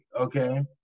okay